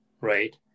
right